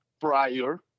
prior